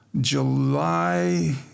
July